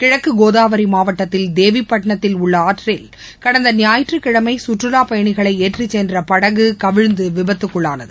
கிழக்குகோதாவரிமாவட்டத்தில் தேவிப்பட்டிணத்தில் உள்ள ஆற்றில் கடந்த ஞாயிற்றுக்கிழமைசுற்றுலாப்பயணிகளைஏற்றிச்சென்றபடகுகவிழ்ந்துவிபத்துக்குள்ளானது